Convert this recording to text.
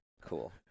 cool